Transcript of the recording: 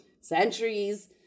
centuries